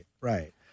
right